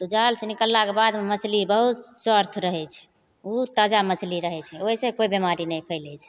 तऽ जालसे निकाललाके बाद मछली बहुत स्वस्थ रहै छै ओ ताजा मछली रहै छै ओहिसे कोइ बेमारी नहि फैलै छै